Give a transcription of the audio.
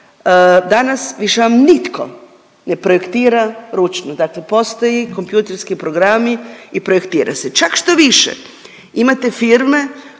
danas više vam nitko ne projektira ručno, dakle postoje kompjuterski programi i projektira se. Čak štoviše, imate firme